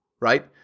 right